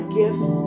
gifts